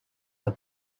are